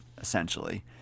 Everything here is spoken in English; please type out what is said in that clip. essentially